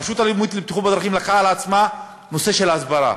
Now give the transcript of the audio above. הרשות הלאומית לבטיחות בדרכים לקחה על עצמה את הנושא של ההסברה,